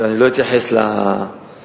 אני לא אתייחס להערה,